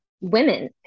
women